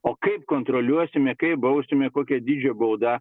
o kaip kontroliuosime kaip bausime kokio dydžio bauda